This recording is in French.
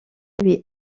lui